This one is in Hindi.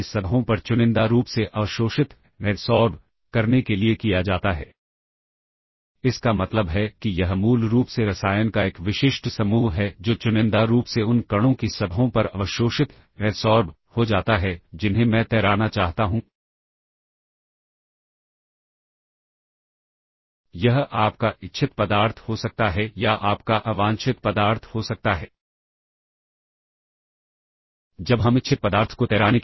यहां पर हमारे पास B और D को पुश करने के लिए 2 इंस्ट्रक्शंस की जरूरत है ताकि हम इन्हें स्टैक पर सेव कर सकें और अंत में हमें इन दोनों के कंटेंट को रिट्रीव करने की जरूरत है जो की 2 और 2 4 रजिस्टर B C D और E है और यह हम किस प्रकार से कर सकते हैं